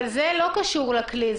אבל זה לא קשור לכלי.